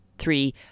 Three